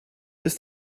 ist